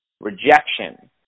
rejection